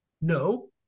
No